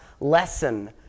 lesson